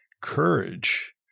courage